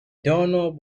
doorknob